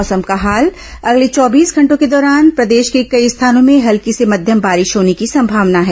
मौसम अगले चौबीस के घंटों के दौरान प्रदेश के कई स्थानों में हल्की से मध्यम बारिश होने की संभावना है